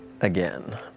again